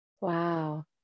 wow